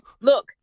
Look